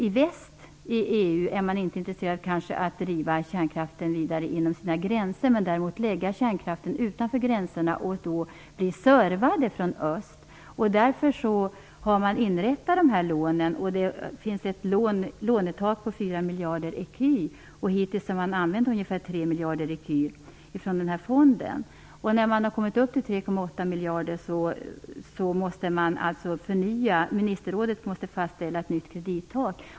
I väst, i EU, är man kanske inte intresserad av att driva kärnkraften vidare inom gränserna men däremot av att lägga kärnkraften utanför gränserna och bli servad från öst. Därför har man inrättat dessa lån. Det finns ett lånetak på 4 miljarder ecu. Hittills har man använt ungefär 3 miljarder ecu från fonden. När man har kommit upp till 3,8 miljarder ecu måste ministerrådet fastställa ett nytt kredittak.